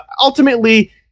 Ultimately